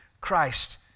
Christ